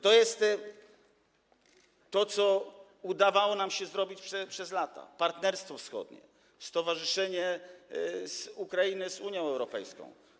To jest to, co udawało nam się zrobić przez lata - Partnerstwo Wschodnie, stowarzyszenie Ukrainy z Unią Europejską.